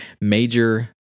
major